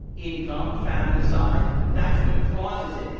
income, family size. that's what causes it.